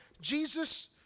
Jesus